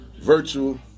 virtual